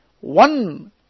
one